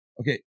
Okay